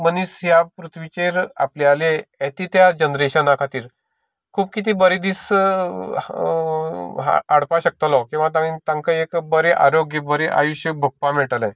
मनीस ह्या पृथ्वीचेर आपल्यालें हें ती त्या जनरेशना खातीर खूब कितें बरें दीस हाडपाक शकतलो किंवा तेंका एक बरें आरोग्य बरें आयुश्य भोगपाक मेळटलें